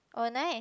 oh nice